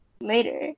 later